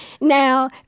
Now